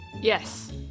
Yes